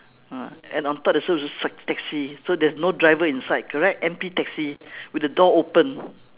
ah and on top there's also a taxi so there's no driver inside correct empty taxi with the door open